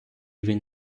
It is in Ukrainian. він